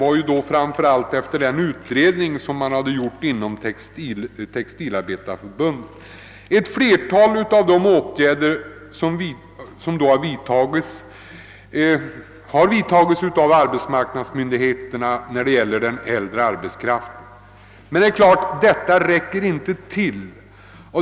Jag gjorde det efter den utredning som verkställts av textilarbetareförbundet. Ett flertal av de åtgärder som vidtagits av arbetsmarknadsmyndigheterna har också gällt den äldre arbetskraften, men detta räcker inte.